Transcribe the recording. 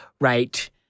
right